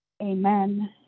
amen